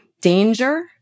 danger